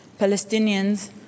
Palestinians